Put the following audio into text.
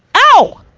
ow!